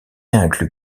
inclut